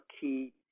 key